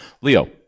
Leo